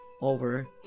over